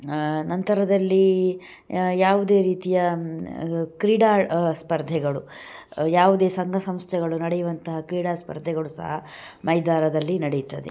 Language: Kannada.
ನಂತರದಲ್ಲಿ ಯಾವುದೇ ರೀತಿಯ ಕ್ರೀಡಾ ಸ್ಪರ್ಧೆಗಳು ಯಾವುದೇ ಸಂಘ ಸಂಸ್ಥೆಗಳು ನಡೆಯುವಂಥ ಕ್ರೀಡಾ ಸ್ಪರ್ಧೆಗಳು ಸಹ ಮೈದಾನದಲ್ಲಿ ನಡೆಯುತ್ತದೆ